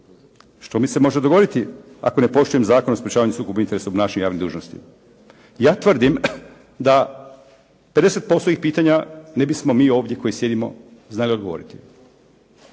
Što mi se može dogoditi ako ne poštujem Zakon o sprečavanju sukoba interesa u obnašanju javnih dužnosti? Ja tvrdim da 50% ovih pitanja ne bismo mi ovdje koji sjedimo znali odgovoriti.